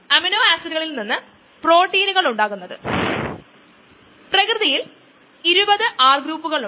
uncompetitive ഇൻഹിബിഷന്റെ കാര്യത്തിൽ ഇത് എൻസൈം സബ്സ്ട്രേറ്റ് കോംപ്ലക്സുമായി മാത്രം ബന്ധിപ്പിക്കുന്നു